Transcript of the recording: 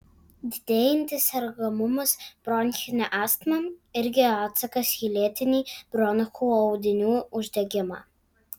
didėjantis sergamumas bronchine astma irgi atsakas į lėtinį bronchų audinių uždegimą